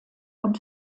und